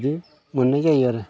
बिदिनो मोननाय जायो आरो